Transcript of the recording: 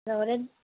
লগতে